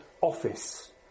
office